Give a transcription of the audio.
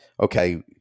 okay